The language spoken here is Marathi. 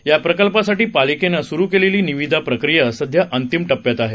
याप्रकल्पासाठीपालिकेनंसुरुकेलेलीनिविदाप्रक्रियासध्याअंतिमटप्प्यातआहे